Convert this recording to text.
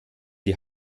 die